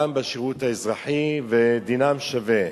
גם בשירות האזרחי, ודינם שווה.